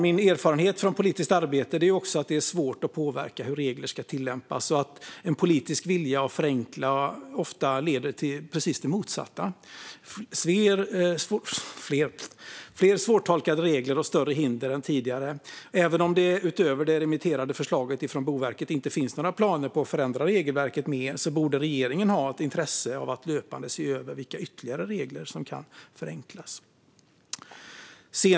Min erfarenhet från politiskt arbete är att det är svårt att påverka hur regler ska tillämpas och att en politisk vilja att förenkla ofta leder till precis det motsatta - fler svårtolkade regler och större hinder än tidigare. Även om det utöver det remitterade förslaget från Boverket inte finns några planer på att förändra regelverket borde regeringen ha ett intresse av att löpande se över vilka ytterligare regler som kan förenklas.